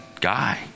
guy